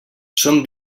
som